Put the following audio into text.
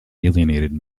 alienated